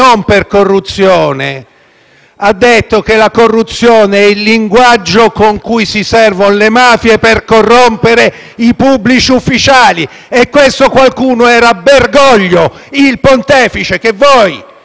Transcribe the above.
ha detto che la corruzione è il linguaggio di cui si servono le mafie per corrompere i pubblici ufficiali. Questo qualcuno era Bergoglio, il pontefice che voi citate molto spesso,